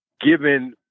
given